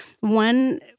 One